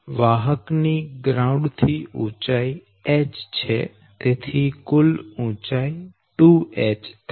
વાહક ની ગ્રાઉન્ડ થી ઉંચાઈ h છે તેથી કુલ ઉંચાઈ 2h થાય